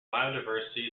biodiversity